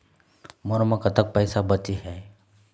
मोर म कतक पैसा बचे हे?